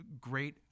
great